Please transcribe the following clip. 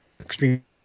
extreme